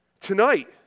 Tonight